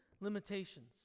limitations